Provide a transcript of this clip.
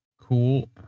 Cool